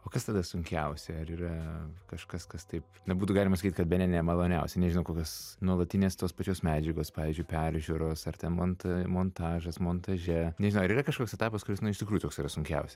o kas tada sunkiausia ar yra kažkas kas taip na būtų galima sakyt kad bene nemaloniausia nežinau kokios nuolatinės tos pačios medžiagos pavyzdžiui peržiūros ar ten monte montažas montaže nežinau ar yra kažkoks etapas kuris nu iš tikrųjų toks yra sunkiausia